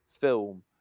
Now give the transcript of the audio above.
film